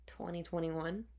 2021